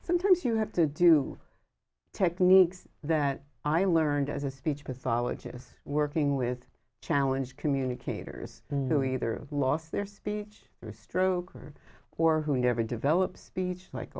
sometimes you have to do techniques that i learned as a speech pathologist working with challenge communicators to either lost their speech or stroke or or who never develop speech like